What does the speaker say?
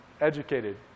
educated